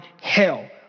hell